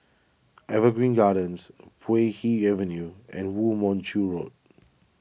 Evergreen Gardens Puay Hee Avenue and Woo Mon Chew Road